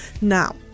Now